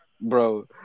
bro